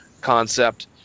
concept